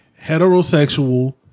heterosexual